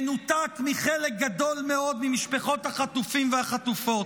מנותק מחלק גדול מאוד ממשפחות החטופים והחטופות,